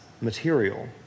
material